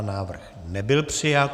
Návrh nebyl přijat.